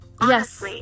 Yes